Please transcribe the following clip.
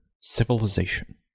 civilization